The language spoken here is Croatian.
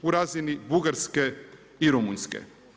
u razini Bugarske i Rumunjske.